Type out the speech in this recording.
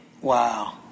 Wow